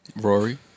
Rory